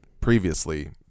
previously